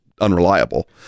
unreliable